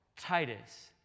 Titus